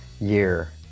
year